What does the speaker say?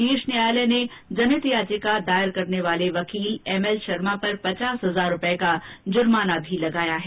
शीर्ष न्यायालय ने जनहित याचिका दायर करने वाले वकील एम एल शर्मा पर पचास हजार रूपये का जुर्माना भी लगाया है